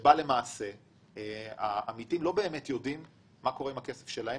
שבה העמיתים לא באמת יודעים מה קורה עם הכסף שלהם,